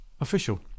Official